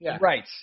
Right